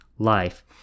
Life